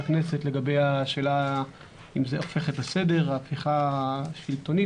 הכנסת לגבי השאלה אם זה הופך את הסדר "הפיכה שלטונית",